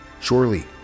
Surely